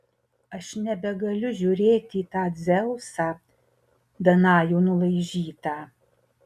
aš nebegaliu žiūrėti į tą dzeusą danajų nulaižytą